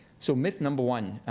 so myth number one.